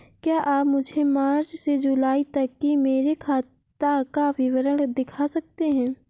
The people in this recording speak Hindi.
क्या आप मुझे मार्च से जूलाई तक की मेरे खाता का विवरण दिखा सकते हैं?